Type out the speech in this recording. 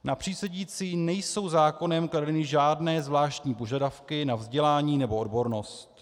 Na přísedící nejsou zákonem kladeny žádné zvláštní požadavky na vzdělání nebo odbornost.